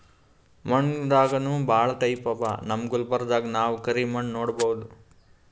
ಮಣ್ಣ್ ದಾಗನೂ ಭಾಳ್ ಟೈಪ್ ಅವಾ ನಮ್ ಗುಲ್ಬರ್ಗಾದಾಗ್ ನಾವ್ ಕರಿ ಮಣ್ಣ್ ನೋಡಬಹುದ್